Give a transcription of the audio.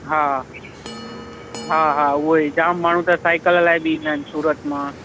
हा हा हा उहो ई जाम माण्हू त साइकिल हलाए बि ईंदा आहिनि सूरत मां